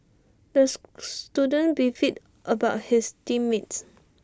those student beefed about his team mates